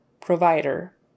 provider